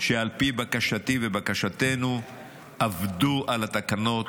שעל פי בקשתי ובקשתנו עבדו על התקנות,